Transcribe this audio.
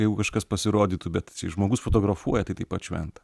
jeigu kažkas pasirodytų bet žmogus fotografuoja tai taip pat šventa